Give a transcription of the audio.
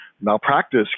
malpractice